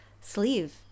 sleeve